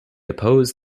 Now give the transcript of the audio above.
opposed